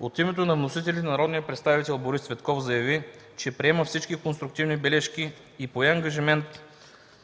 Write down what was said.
От името на вносителите народният представител Борис Цветков заяви, че приема всички конструктивни бележки и пое ангажимент